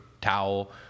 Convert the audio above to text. towel